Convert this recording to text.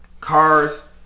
cars